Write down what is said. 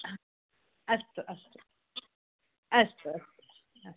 अस्तु अस्तु अस्तु अस्तु